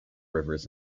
rivers